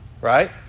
right